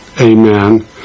Amen